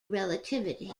relativity